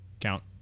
Count